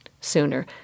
sooner